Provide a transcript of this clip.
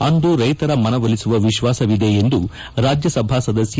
ಅಂದು ರೈತರ ಮನವೊಲಿಸುವ ವಿಶ್ವಾಸವಿದೆ ಎಂದು ರಾಜ್ಯಸಭಾ ಸದಸ್ಯ